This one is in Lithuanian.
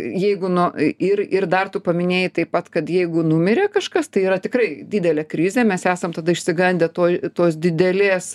jeigu nuo ir ir dar tu paminėjai taip pat kad jeigu numirė kažkas tai yra tikrai didelė krizė mes esam tada išsigandę to tos didelės